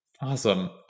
Awesome